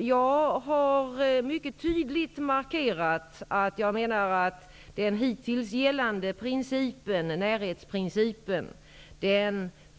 Jag har mycket tydligt markerat att jag menar att den hittills gällande principen, närhetsprincipen,